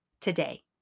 today